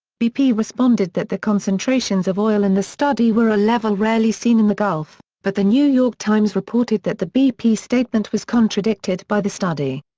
bp responded that the concentrations of oil in the study were a level rarely seen in the gulf, but the new york times reported that the bp statement was contradicted by the study.